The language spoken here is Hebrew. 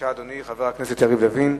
קריאה ראשונה.